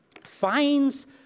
finds